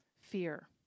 fear